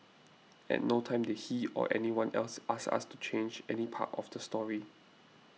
at no time did she or anyone else ask us to change any part of the story